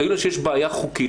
תגידו לנו שיש בעיה חוקית,